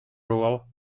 role